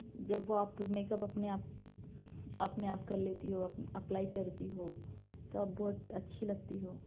جب وہ آپ میک اپ اپنے آپ اپنے آپ کر لیتی ہو اپلائی کر تی ہو تب بہت اچھی لگتی ہو